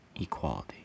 equality